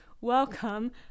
Welcome